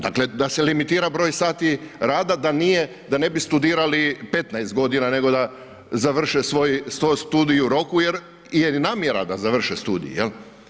Dakle da se limitira broj sati rada da ne bi studirali 15 g. nego da završe svoj studij u roku jer je i namjera da završe studij, jel.